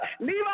leave